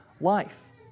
life